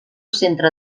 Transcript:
centre